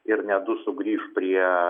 ir ne du sugrįš prie